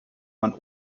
man